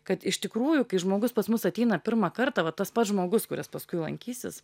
kad iš tikrųjų kai žmogus pas mus ateina pirmą kartą va tas pats žmogus kuris paskui lankysis